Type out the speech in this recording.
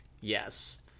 yes